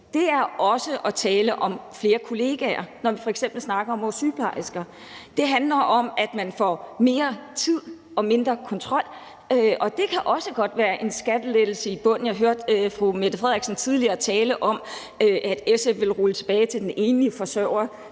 det er også at tale om flere kollegaer, når vi f.eks. snakker om vores sygeplejersker. Det handler om, at man får mere tid og mindre kontrol. Det kan også godt være den skattelettelse i bunden, som jeg hørte fru Mette Frederiksen tidligere tale om at SF ville rulle tilbage for den enlige forsørger